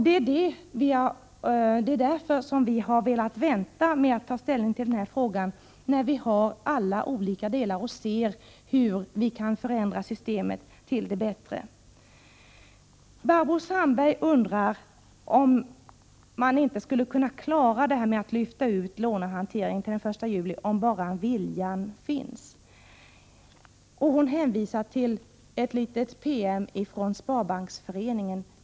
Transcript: Det är därför vi har velat vänta med att ta ställning till frågan tills vi har alla olika delar och ser hur vi kan förändra systemet till det bättre. Barbro Sandberg undrar om man inte skulle kunna klara av att lyfta ut lånehanteringen till den 1 juli, om bara viljan finns. Hon hänvisar till en liten PM från Sparbanksföreningen.